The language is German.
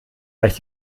gleich